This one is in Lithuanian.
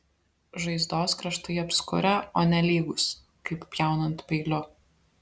žaizdos kraštai apskurę o ne lygūs kaip pjaunant peiliu